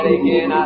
again